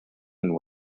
and